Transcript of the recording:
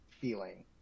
feeling